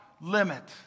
limit